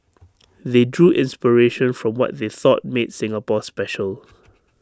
they drew inspiration from what they thought made Singapore special